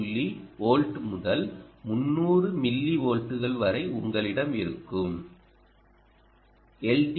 3 volt முதல் 300 மில்லிவோல்ட்கள் வரை உங்களிடம் இருக்கும் எல்